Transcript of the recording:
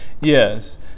Yes